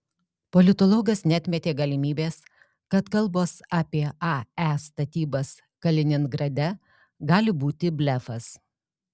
politologas neatmetė galimybės kad kalbos apie ae statybas kaliningrade gali būti blefas